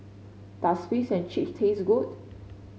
does Fish and Chips taste good